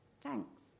thanks